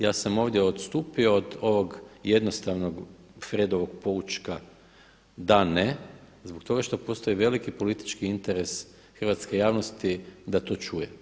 Ja sam ovdje odstupio od ovog jednostavnog Fredovog poučka da ne zato što postoji veliki politički interes hrvatske javnosti da to čuje.